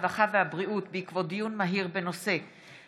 הרווחה והבריאות בעקבות דיון מהיר בהצעתם של חברי הכנסת עידן רול